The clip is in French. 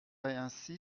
ainsi